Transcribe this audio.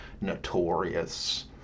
notorious